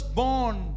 born